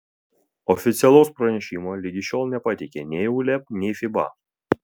oficialaus pranešimo ligi šiol nepateikė nei uleb nei fiba